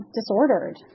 disordered